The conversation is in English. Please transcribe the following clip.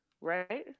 right